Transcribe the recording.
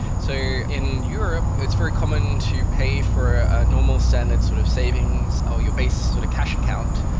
so in europe, it's very common to pay for a normal standard sort of savings or your base sort of cash account,